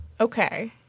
Okay